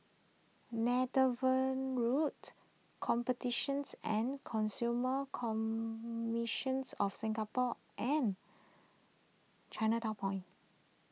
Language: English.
Netheravon Road Competitions and Consumer Commissions of Singapore and Chinatown Point